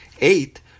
Eight